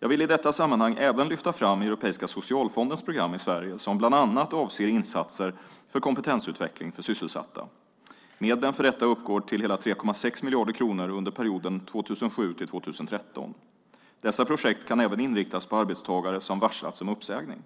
Jag vill i detta sammanhang även lyfta fram Europeiska socialfondens program i Sverige som bland annat avser insatser för kompetensutveckling för sysselsatta. Medlen för detta uppgår till hela 3,6 miljarder kronor under perioden 2007-2013. Dessa projekt kan även inriktas på arbetstagare som varslats om uppsägning.